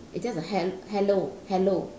it's just a hel~ hello hello